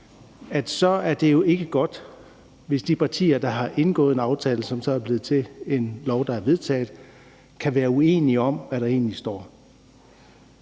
så er det jo ikke godt, hvis de partier, der har indgået en aftale, som så er blevet til en lov, der er vedtaget, kan være uenige om, hvad der egentlig står.